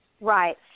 Right